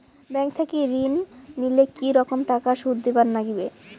Bank থাকি ঋণ নিলে কি রকম টাকা সুদ দিবার নাগিবে?